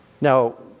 now